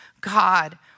God